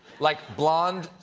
like blond,